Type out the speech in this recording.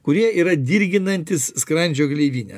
kurie yra dirginantys skrandžio gleivinę